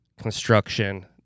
construction